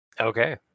Okay